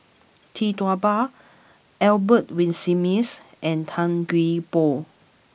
Tee Tua Ba Albert Winsemius and Tan Gee Paw